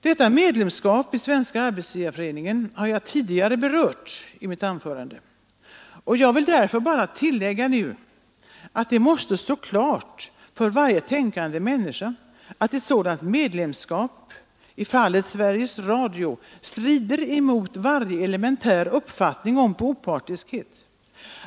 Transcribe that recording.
Detta medlemskap i Svenska arbetsgivareföreningen har jag tidigare berört i mitt anförande och jag vill därför bara tillägga, att det måste stå klart för varje tänkande människa att ett sådant medlemskap i fallet Sveriges Radio strider mot varje elementär uppfattning om opartiskhet.